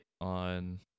on